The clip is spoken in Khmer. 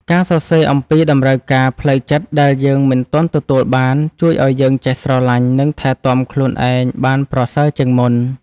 ការសរសេរអំពីតម្រូវការផ្លូវចិត្តដែលយើងមិនទាន់ទទួលបាន ជួយឱ្យយើងចេះស្រឡាញ់ និងថែទាំខ្លួនឯងបានប្រសើរជាងមុន។